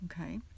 okay